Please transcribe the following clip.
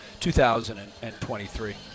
2023